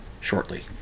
shortly